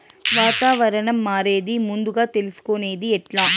వాతావరణం మారేది ముందుగా తెలుసుకొనేది ఎట్లా?